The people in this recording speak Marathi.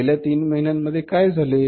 गेल्या तीन महिन्यांमध्ये काय झाले